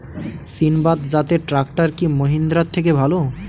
সিণবাদ জাতের ট্রাকটার কি মহিন্দ্রার থেকে ভালো?